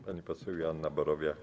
Pani poseł Joanna Borowiak.